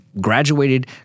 graduated